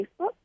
Facebook